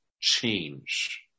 change